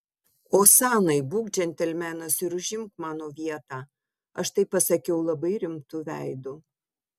osanai būk džentelmenas ir užimk mano vietą aš tai pasakiau labai rimtu veidu